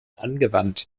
angewandt